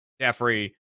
Jeffrey